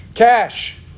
Cash